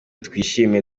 twishime